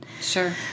Sure